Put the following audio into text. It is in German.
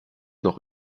noch